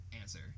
answer